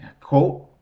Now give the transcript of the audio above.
Quote